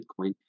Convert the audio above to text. Bitcoin